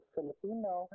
Filipino